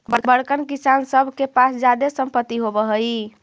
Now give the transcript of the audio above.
बड़कन किसान सब के पास जादे सम्पत्ति होवऽ हई